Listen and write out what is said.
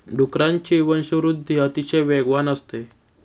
डुकरांची वंशवृद्धि अतिशय वेगवान असते